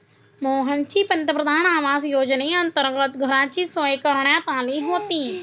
मोहनची पंतप्रधान आवास योजनेअंतर्गत घराची सोय करण्यात आली होती